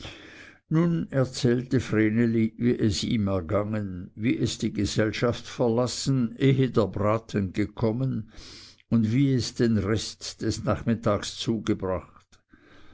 nun erzählte vreneli wie es ihm ergangen wie es die gesellschaft verlassen ehe der braten gekommen und wie es den rest des nachmittags zugebracht